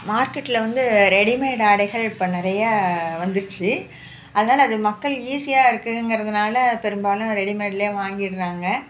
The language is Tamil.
மார்க்கெட்டில் வந்து ரெடிமேட் ஆடைகள் இப்போ நிறையா வந்துருச்சு அதனால அது மக்கள் ஈஸியாக இருக்கிங்குறதுனால பெரும்பாலும் ரெடிமெட்லேயே வாங்கிடுறாங்க